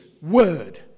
Word